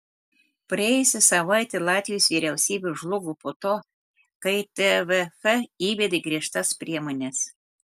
praėjusią savaitę latvijos vyriausybė žlugo po to kai tvf įvedė griežtas priemones